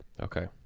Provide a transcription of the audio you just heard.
Okay